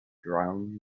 drown